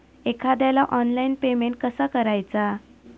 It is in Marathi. एखाद्याला ऑनलाइन पेमेंट कसा करायचा?